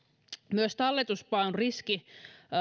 myös talletuspaon riski